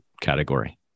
category